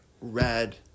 red